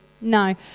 No